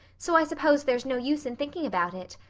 so i suppose there's no use in thinking about it.